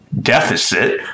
deficit